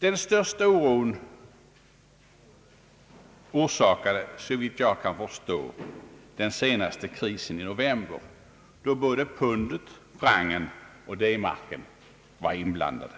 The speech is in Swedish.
Den största oron orsakade såvitt jag kan förstå den senaste krisen i november, då både pundet, francen och D-marken var inblandade.